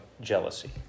jealousy